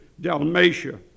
Dalmatia